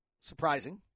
Surprising